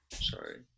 Sorry